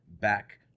back